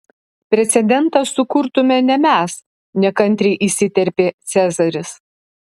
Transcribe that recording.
precedentą sukurtume ne mes nekantriai įsiterpė cezaris